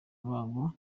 babo